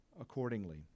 accordingly